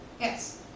Yes